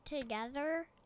together